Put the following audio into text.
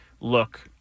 look